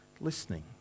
listening